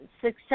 Success